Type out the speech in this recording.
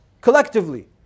collectively